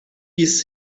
ist